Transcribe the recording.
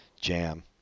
jam